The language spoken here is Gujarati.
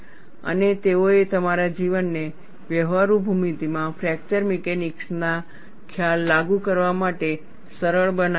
અને તેઓએ તમારા જીવનને વ્યવહારુ ભૂમિતિમાં ફ્રેક્ચર મિકેનિક્સ ખ્યાલો લાગુ કરવા માટે સરળ બનાવ્યું છે